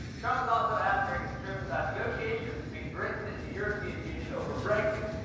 trump was also asked during his trip about negotiations between britain and the european union over brexit.